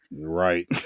Right